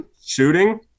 shooting